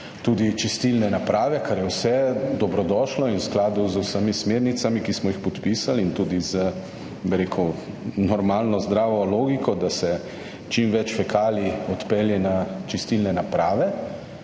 tudi čistilne naprave, kar je vse dobrodošlo in v skladu z vsemi smernicami, ki smo jih podpisali in tudi z, bi rekel, normalno zdravo logiko, da se čim več fekalij odpelje na čistilne naprave,